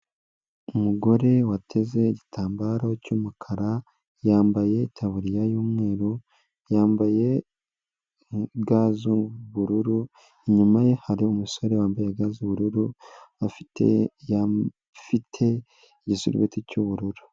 Umugore wateze igitambaro cy'umukara, yambaye itaburiya y'umweru, yambaye ga z'ubururu, inyuma ye hari umusore wambaye ga z'ubururu afitefite igisubeti cy'ubururu.